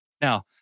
now